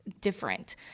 different